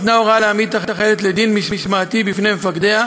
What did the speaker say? ניתנה הוראה להעמיד את החיילת לדין משמעתי בפני מפקדיה